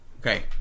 Okay